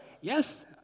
Yes